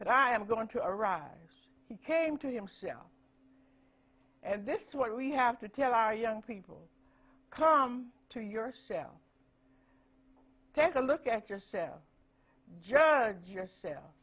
that i am going to arrive he came to himself and this is what we have to tell our young people come to yourself take a look at yourself judge yourself